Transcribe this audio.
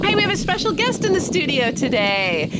i mean we have a special guest in the studio today.